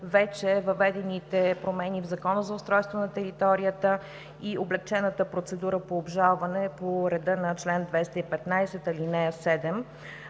вече въведените промени в Закона за устройство на територията и облекчената процедура по обжалване по реда на чл. 215, ал. 7,